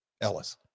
Ellis